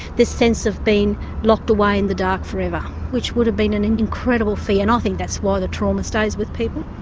this sense of being locked away in the dark forever, which would have been an incredible fear, and i think that's why the trauma stays with people.